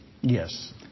Yes